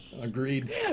Agreed